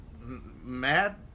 mad